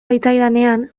zitzaidanean